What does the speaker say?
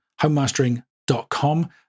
homemastering.com